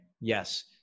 Yes